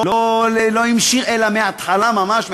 לא המשיכה אלא מהתחלה ממש,